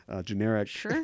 generic